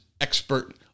expert